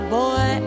boy